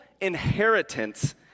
inheritance